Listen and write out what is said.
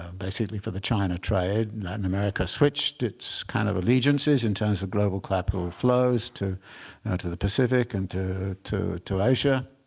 um basically, for the china trade. latin america switched its kind of allegiances in terms of global capital ah flows to to the pacific and to to asia.